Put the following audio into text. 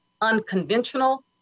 unconventional